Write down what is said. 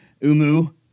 Umu